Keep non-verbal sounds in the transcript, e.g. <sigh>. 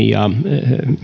<unintelligible> ja